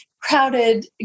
crowded